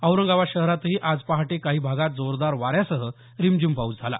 औरंगाबाद शहरातही आज पहाटे काही भागात जोरदार वाऱ्यासह रिमझीम पाऊस झाला